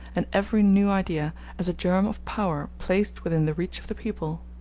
and every new idea as a germ of power placed within the reach of the people.